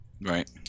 right